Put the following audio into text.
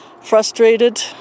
frustrated